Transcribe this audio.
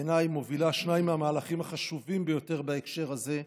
בעיניי מובילה שניים מהמהלכים החשובים ביותר בהקשר הזה: